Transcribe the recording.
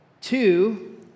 Two